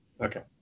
Okay